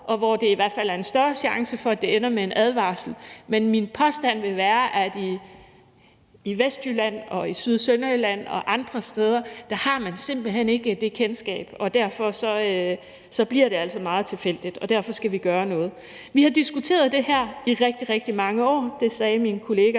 og hvor der i hvert fald er en større mulighed for, at det ender med en advarsel, men min påstand vil være, at i Vestjylland og i Syd- og Sønderjylland og andre steder har man simpelt hen ikke det kendskab, og derfor bliver det altså meget tilfældigt. Og derfor skal vi gøre noget. Kl. 19:13 Vi har diskuteret det her i rigtig, rigtig mange år. Det sagde min kollega